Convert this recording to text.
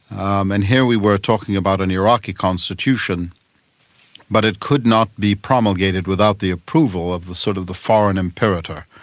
um and here we were talking about an iraqi constitution but it could not be promulgated without the approval of the sort of the foreign imperator,